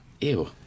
Ew